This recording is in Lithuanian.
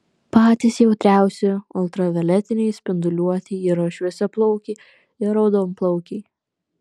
patys jautriausi ultravioletinei spinduliuotei yra šviesiaplaukiai ir raudonplaukiai